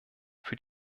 für